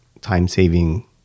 time-saving